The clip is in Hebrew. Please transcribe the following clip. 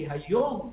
כי היום,